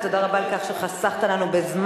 ותודה רבה על כך שחסכת לנו בזמן.